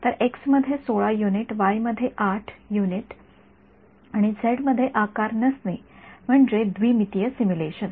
तर एक्स मध्ये १६ unit Y मध्ये ८ युनिट आणि झेड मध्ये आकार नसणे म्हणजे द्विमितीय सिम्युलेशन